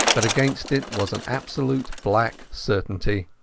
but against it was an absolute black certainty.